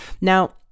Now